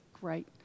great